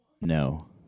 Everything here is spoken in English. No